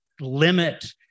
limit